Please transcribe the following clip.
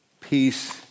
Peace